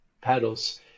paddles